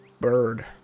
bird